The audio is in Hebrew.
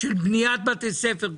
של בניית בתי ספר,